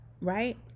right